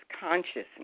consciousness